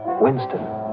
Winston